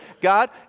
God